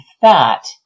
fat